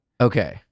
Okay